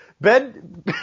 Ben